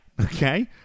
Okay